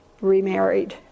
remarried